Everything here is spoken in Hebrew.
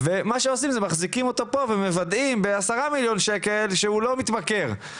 ומה שעושים זה מחזיקים אותו פה ומוודאים ב-10,000,000 ₪ שהוא לא מתמכר.